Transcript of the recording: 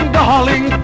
darling